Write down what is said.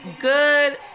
good